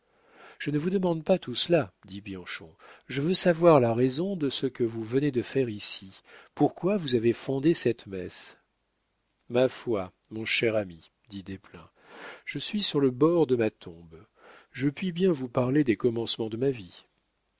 je ne vous demande pas tout cela dit bianchon je veux savoir la raison de ce que vous venez de faire ici pourquoi vous avez fondé cette messe ma foi mon cher ami dit desplein je suis sur le bord de ma tombe je puis bien vous parler des commencements de ma vie